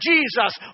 Jesus